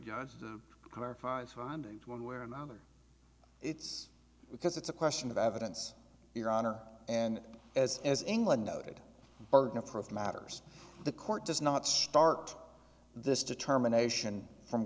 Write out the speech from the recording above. judge clarifies findings one way or another it's because it's a question of evidence your honor and as as england noted burden of proof matters the court does not start this determination from